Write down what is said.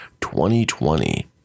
2020